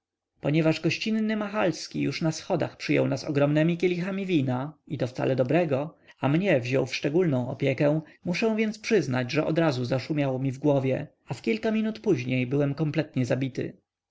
ponieważ gościnny machalski już na schodach przyjął nas ogromnemi kielichami wina i to wcale dobrego a mnie wziął w szczególną opiekę muszę więc przyznać że odrazu zaszumiało mi w głowie a w kilka minut później byłem kompletnie zabity